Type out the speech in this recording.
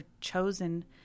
chosen